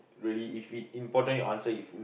really if it important you answer